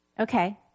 Okay